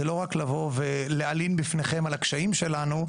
זה לא רק לבוא ולהלין בפניכם על הקשיים שלנו,